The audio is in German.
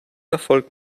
erfolg